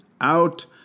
out